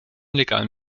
legalen